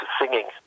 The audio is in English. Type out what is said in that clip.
singing